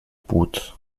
płód